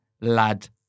lad